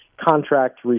contract